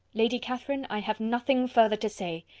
lady catherine, i have nothing further to say.